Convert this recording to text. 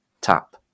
tap